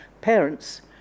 parents